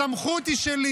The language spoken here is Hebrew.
הסמכות היא שלי.